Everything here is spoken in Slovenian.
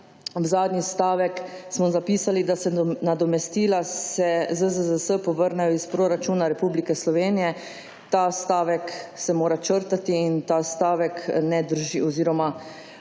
zadnji stavek, smo zapisali, da se nadomestila ZZZS se povrnejo iz proračuna Republike Slovenije. Ta stavek se mora črtati in ta stavek ne drž…, oziroma